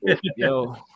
Yo